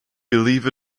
believe